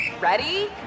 Ready